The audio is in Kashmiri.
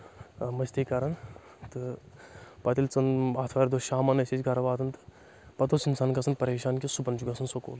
مٔستی کران تہٕ پَتہٕ ییٚلہِ ژٕ آتھوارِ دۄہ شامن ٲسۍ أسۍ گرٕ واتان تہٕ پتہٕ اوس اِنسان گژھان پریشان کہِ صُبحن چھُ گژھُن سکوٗل